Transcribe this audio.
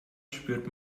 spürt